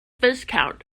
viscount